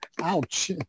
Ouch